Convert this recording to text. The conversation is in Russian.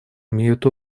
имеют